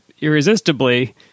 irresistibly